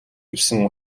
ирсэн